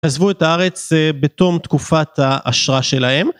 עזבו את הארץ בתום תקופת האשרה שלהם